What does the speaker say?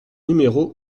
numéro